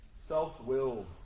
self-willed